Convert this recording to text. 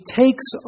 takes